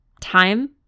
time